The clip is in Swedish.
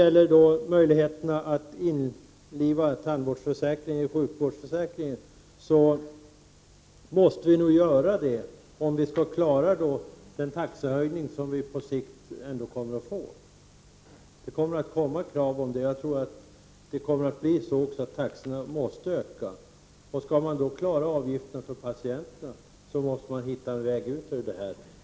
Vi måste nog införliva tandvårdsförsäkringen i sjukvårdsförsäkringen om vi skall klara den taxehöjning som vi ändå kommer att få på sikt. Det kommer att resas krav på detta, och jag tror att taxorna måste höjas. Om vi skall klara av avgifterna för patienterna måste vi finna en väg ut ur detta.